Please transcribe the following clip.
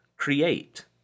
create